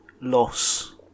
loss